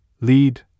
lead